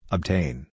Obtain